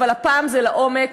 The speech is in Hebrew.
אבל הפעם זה לעומק,